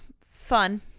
fun